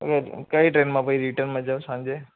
તમે કઈ ટ્રેનમાં પછી રિટર્નમાં જાઓ સાંજે